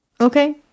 okay